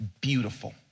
Beautiful